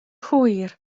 hwyr